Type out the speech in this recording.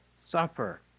suffer